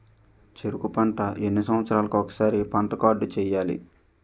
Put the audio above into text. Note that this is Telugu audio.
చెరుకు పంట ఎన్ని సంవత్సరాలకి ఒక్కసారి పంట కార్డ్ చెయ్యాలి?